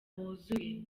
wuzuye